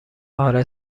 آره